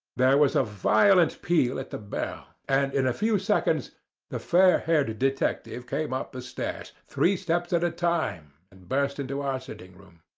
there was a violent peal at the bell, and in a few seconds the fair-haired detective came up the stairs, three steps at a time, and burst into our sitting-room.